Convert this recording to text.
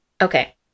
okay